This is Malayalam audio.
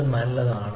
അത് നല്ലതാണ്